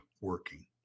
working